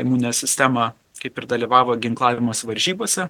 imuninė sistema kaip ir dalyvavo ginklavimosi varžybose